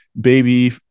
baby